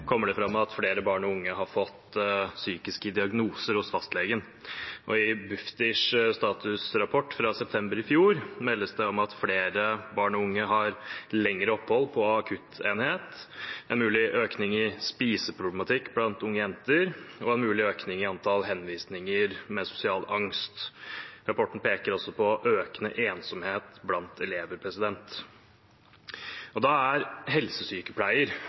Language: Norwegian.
Bufdirs statusrapport fra september i fjor ble det meldt om at flere barn og unge har lengre opphold på akuttenhet en mulig økning i spiseproblematikk blant unge jenter en mulig økning i antall henvisninger angående sosial angst Rapporten peker også på økende ensomhet blant elever. Da er helsesykepleier